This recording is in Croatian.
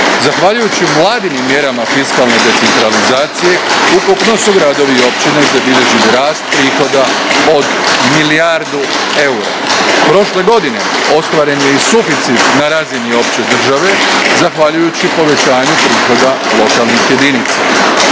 Zahvaljujući Vladinim mjerama fiskalne decentralizacije, ukupno su gradovi i općine zabilježili rast prihoda od milijardu eura. Prošle godine ostvaren je i suficit na razini opće države, zahvaljujući povećanju prihoda lokalnih jedinica.